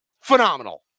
phenomenal